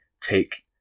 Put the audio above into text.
take